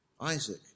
Isaac